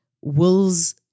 Wills